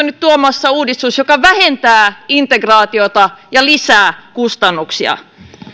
nyt tuomassa uudistusta joka vähentää integraatiota ja lisää kustannuksia